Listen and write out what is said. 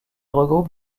regroupent